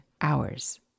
hours